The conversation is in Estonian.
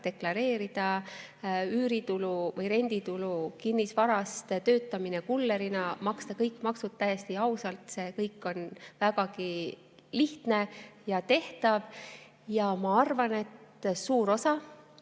deklareerida üüritulu või renditulu kinnisvaralt, töötamist kullerina, ja maksta kõik maksud täiesti ausalt. See kõik on vägagi lihtne ja tehtav. Ma arvan, et suur osa